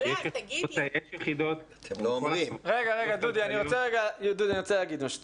דודי, אני רוצה להגיד משהו.